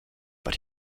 but